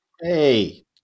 Hey